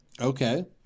Okay